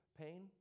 pain